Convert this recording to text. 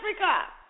Africa